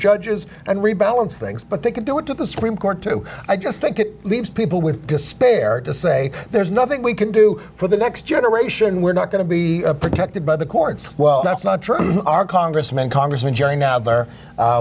judges and rebalance things but they can do it to the supreme court to i just think it leaves people with despair to say there's nothing we can do for the next generation we're not going to be protected by the courts well that's not true our congressman congressman